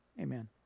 Amen